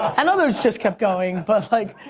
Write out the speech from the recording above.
and other's just kept going but like,